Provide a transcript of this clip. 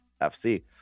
FC